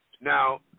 Now